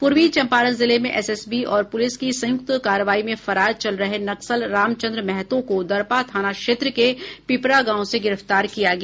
पूर्वी चंपारण जिले में एसएसबी और पुलिस की संयुक्त कार्रवाई में फरार चल रहे नक्सली रामचंद्र महतो को दरपा थाना क्षेत्र के पिपरा गांव से गिरफ्तार किया गया